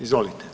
Izvolite.